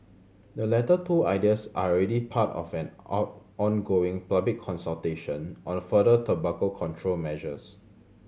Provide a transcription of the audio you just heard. the latter two ideas are already part of an on ongoing public consultation on further tobacco control measures